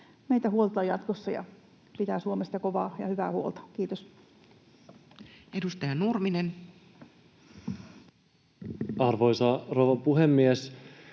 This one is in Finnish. meitä huoltaa jatkossa ja pitää Suomesta kovaa ja hyvää huolta. — Kiitos. Edustaja Nurminen. Arvoisa rouva puhemies!